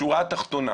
השורה התחתונה,